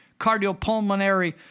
cardiopulmonary